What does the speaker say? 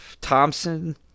Thompson